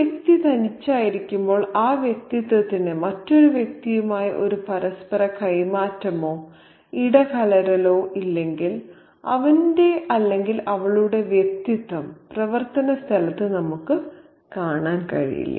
ഒരു വ്യക്തി തനിച്ചായിരിക്കുമ്പോൾ ആ വ്യക്തിത്വത്തിന് മറ്റൊരു വ്യക്തിയുമായി ഒരു പരസ്പര കൈമാറ്റമോ ഇടകലരലോ ഇല്ലെങ്കിൽ അവന്റെ അല്ലെങ്കിൽ അവളുടെ വ്യക്തിത്വം പ്രവർത്തനസ്ഥലത്ത് നമുക്ക് കാണാൻ കഴിയില്ല